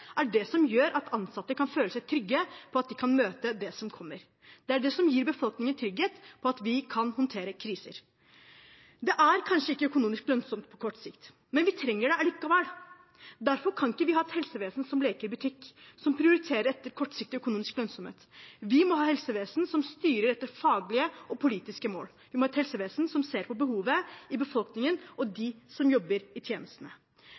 er det som gjør at ansatte kan føle seg trygge på at de kan møte det som kommer. Det er det som gir befolkningen trygghet for at vi kan håndtere kriser. Det er kanskje ikke økonomisk lønnsomt på kort sikt, men vi trenger det allikevel. Derfor kan vi ikke ha et helsevesen som leker butikk, som prioriterer etter kortsiktig økonomisk lønnsomhet. Vi må ha et helsevesen som styrer etter faglige og politiske mål. Vi må ha et helsevesen som ser på behovet i befolkningen og på dem som jobber i tjenestene.